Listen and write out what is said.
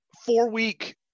four-week